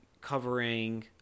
covering